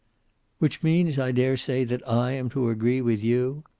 which means, i dare say, that i am to agree with you!